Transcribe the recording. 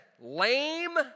lame